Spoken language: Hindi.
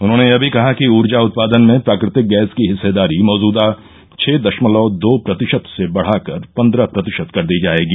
उन्होंने यह भी कहा कि ऊर्जा उत्पादन में प्राकृतिक गैस की हिस्सेदारी मौजुदा छः दशमलव दो प्रतिशत से बढाकर पन्द्रह प्रतिशत कर दी जाएगी